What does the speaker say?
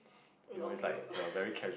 lol noob